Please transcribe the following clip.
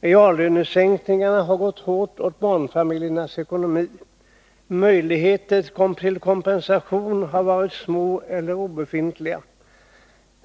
Reallönesänkningarna har gått hårt åt barnfamiljernas ekonomi. Möjligheterna till kompensation har varit små eller obefintliga.